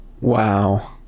wow